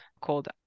called